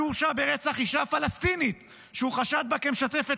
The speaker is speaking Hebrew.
שהורשע ברצח אישה פלסטינית שהוא חשד בה כמשתפת